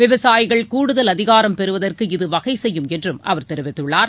விவசாயிகள் கூடுதல் அதிகாரம் பெறுவதற்கு இது வகைசெய்யும் என்றும் அவர் தெரிவித்துள்ளார்